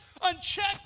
unchecked